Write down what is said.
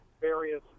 various